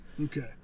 Okay